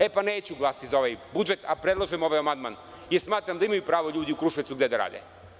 E, pa neću glasati za ovaj budžet, a predlažem ovaj amandman, jer smatram da imaju pravo ljudi u Kruševcu gde da rade.